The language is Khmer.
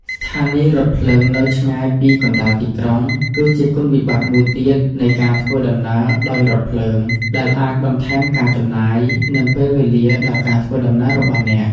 ស្ថានីយ៍រថភ្លើងនៅឆ្ងាយពីកណ្តាលក្រុង គឺជាគុណវិបត្តិមួយទៀតនៃការធ្វើដំណើរដោយរថភ្លើង ដែលអាចបន្ថែមការចំណាយ និងពេលវេលាដល់ការធ្វើដំណើររបស់អ្នក។